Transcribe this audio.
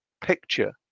picture